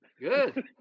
Good